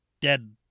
dead